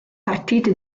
partite